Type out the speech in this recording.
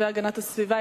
השר להגנת הסביבה,